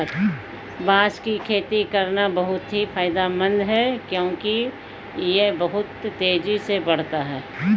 बांस की खेती करना बहुत ही फायदेमंद है क्योंकि यह बहुत तेजी से बढ़ता है